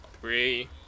Three